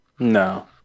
No